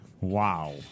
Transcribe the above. Wow